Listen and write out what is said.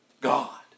God